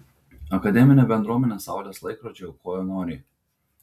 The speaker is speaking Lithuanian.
akademinė bendruomenė saulės laikrodžiui aukojo noriai